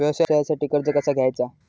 व्यवसायासाठी कर्ज कसा घ्यायचा?